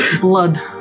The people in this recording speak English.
blood